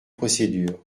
procédures